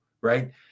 Right